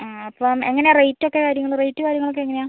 ആ അപ്പം എങ്ങനെയാണ് റേറ്റ് ഒക്കെ കാര്യങ്ങളും റേറ്റ് കാര്യങ്ങൾ ഒക്കെ എങ്ങനെയാണ്